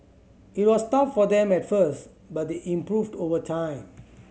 it was tough for them at first but they improved over time